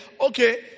Okay